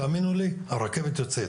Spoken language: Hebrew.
תאמינו לי שהרכבת תצא,